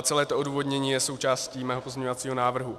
Celé to odůvodnění je součástí mého pozměňovacího návrhu.